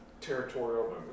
territorial